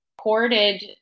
recorded